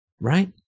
right